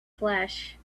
flesh